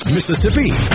Mississippi